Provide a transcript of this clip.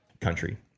country